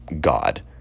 god